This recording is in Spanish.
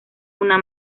una